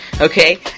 Okay